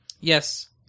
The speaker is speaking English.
Yes